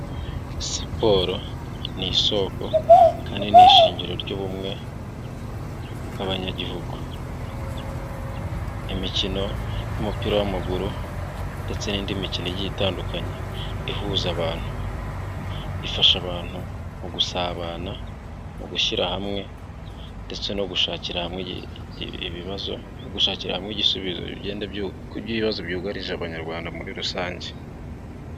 Siporo ni isoko kandi ni ishingiro ry'ubumwe bw'abanyagihugu. Imikino y'umupira w'amaguru ndetse n'indi mikino itandukanye ihuza abantu, ifasha abantu mu gusabana, mu gushyira hamwe ndetse no gushakira hamwe, gushakira hamwe igisubizobazo byugarije Abanyarwanda muri rusange.